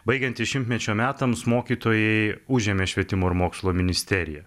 baigiantis šimtmečio metams mokytojai užėmė švietimo ir mokslo ministeriją